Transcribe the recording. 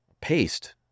paste